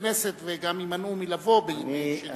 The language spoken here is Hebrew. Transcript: לכנסת וגם יימנעו מלבוא בימי שני,